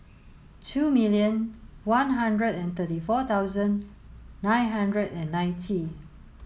two million one hundred and thirty four thousand nine hundred and ninety